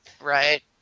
Right